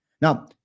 Now